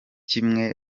kimwe